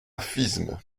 fismes